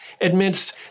admits